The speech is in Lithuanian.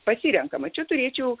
pasirenkama čia turėčiau